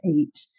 eight